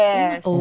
Yes